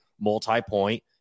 multi-point